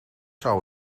zou